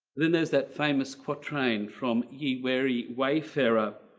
then there's that famous quatrain from ye weary wayfarer.